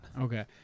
Okay